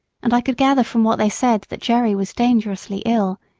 and i could gather from what they said that jerry was dangerously ill,